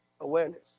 awareness